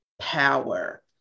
power